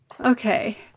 Okay